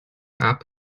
app